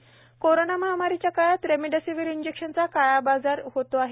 remdesivir corona महामारीच्या काळात remdesivir इंजेक्शनचा काळाबाजार करीत आहेत